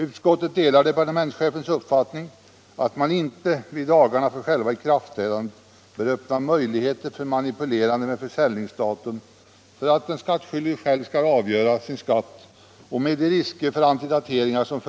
Utskottet delar departementschefens uppfattning att man inte vid dagarna för själva ikraftträdandet bör öppna möjligheter för manipulerande med försäljningsdatum så att den skattskyldige själv därmed skulle avgöra sin skatt. Dessutom föreligger större risker för antidateringar